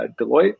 Deloitte